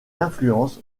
influences